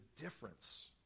difference